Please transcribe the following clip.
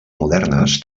modernes